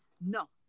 No